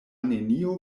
neniu